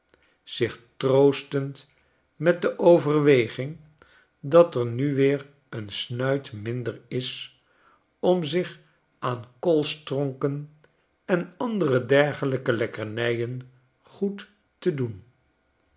zich troostende met de overweging dat er nu weer een snuit minder is om zich aan koolstronken en andere dergelyke lekkernijen goed te doen